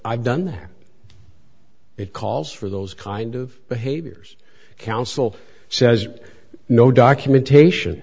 i've done that it calls for those kind of behaviors council says no documentation